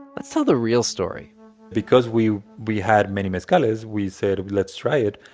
let's tell the real story because we we had many mezcales, we said let's try it.